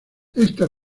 esta